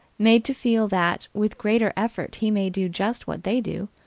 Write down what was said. made to feel that, with greater effort, he may do just what they do,